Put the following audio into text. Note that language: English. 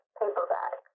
paperback